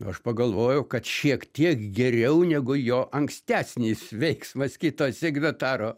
aš pagalvojau kad šiek tiek geriau negu jo ankstesnis veiksmas kito signataro